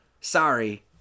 sorry